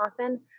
often